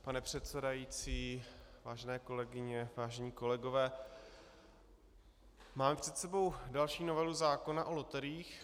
Pane předsedající, vážené kolegyně, vážení kolegové, máme před sebou další novelu zákona o loteriích.